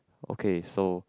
okay so